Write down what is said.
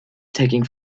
taking